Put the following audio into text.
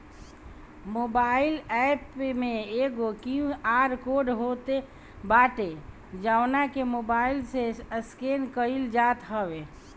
mobile app में एगो QR code होत बाटे जवना के मोबाईल से स्केन कईल जात हवे